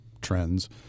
trends